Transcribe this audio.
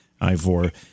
Ivor